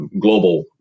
global